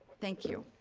thank you.